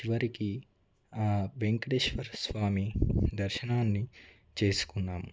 చివరికి ఆ వెంకటేశ్వర స్వామి దర్శనాన్ని చేసుకున్నాము